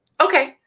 Okay